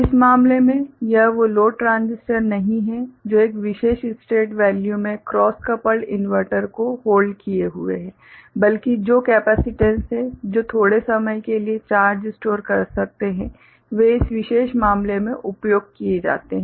इस मामले में यह वो लोड ट्रांजिस्टर नहीं हैं जो एक विशेष स्टेट वैल्यू में क्रॉस कपल्ड इंवर्टर को होल्ड किए हुए हैं बल्कि जो कैपेसिटेंस हैं जो थोड़े समय के लिए चार्ज स्टोर कर सकते हैं वे इस विशेष मामले में उपयोग किए जाते हैं